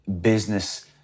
business